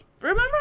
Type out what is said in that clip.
remember